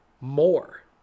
more